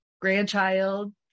grandchild